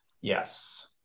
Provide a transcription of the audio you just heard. Yes